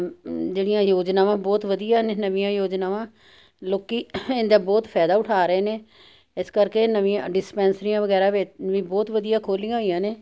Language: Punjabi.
ਜਿਹੜੀਆਂ ਯੋਜਨਾਵਾਂ ਬਹੁਤ ਵਧੀਆ ਨੇ ਨਵੀਆਂ ਯੋਜਨਾਵਾਂ ਲੋਕੀ ਇਹਦਾ ਬਹੁਤ ਫਾਇਦਾ ਉਠਾ ਰਹੇ ਨੇ ਇਸ ਕਰਕੇ ਨਵੀਆਂ ਡਿਸਪੈਸਰੀਆਂ ਵਗੈਰਾ ਵੀ ਬਹੁਤ ਵਧੀਆ ਖੋਲ੍ਹੀਆਂ ਹੋਈਆਂ ਨੇ